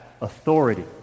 authority